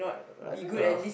I don't know